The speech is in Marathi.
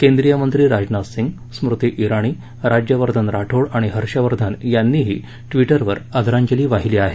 केंद्रीय मंत्री राजनाथ सिंग स्मृती इराणी राज्यवर्धन राठोड आणि हर्षवर्धन यांनीही ट्विटरवर आदरांजली वाहिली आहे